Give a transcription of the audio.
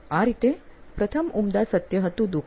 આ રીતે પ્રથમ ઉમદા સત્ય હતું દુખ